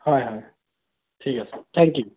হয় হয় ঠিক আছে থেংক ইউ